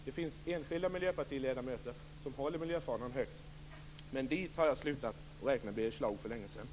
Det finns enskilda miljöpartiledamöter som håller miljöfanan högt, men dit har jag för länge sedan slutat att räkna Birger Schlaug.